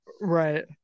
right